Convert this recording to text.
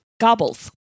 Gobbles